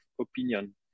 opinion